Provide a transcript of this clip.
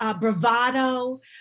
bravado